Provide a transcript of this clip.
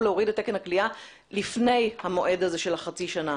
להוריד את תקן הכליאה לפני המועד הזה של חצי שנה.